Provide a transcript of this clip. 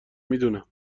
میدونم